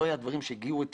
לא היו דברים שגירו את